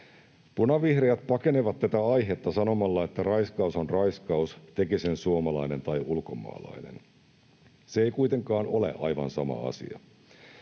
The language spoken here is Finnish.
Punavihreät pakenevat tätä aihetta sanomalla, että raiskaus on raiskaus, teki sen suomalainen tai ulkomaalainen. Se ei kuitenkaan ole aivan sama asia.